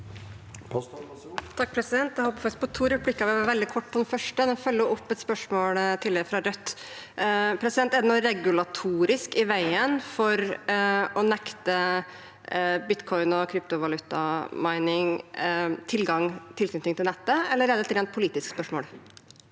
Jeg håper faktisk på to replikker, og jeg skal være veldig kort på den første. Jeg vil følge opp et tidligere spørsmål fra Rødt. Er det noe regulatorisk i veien for å nekte bitcoin- og kryptovaluta-mining tilknytning til nettet, eller er det et rent politisk spørsmål?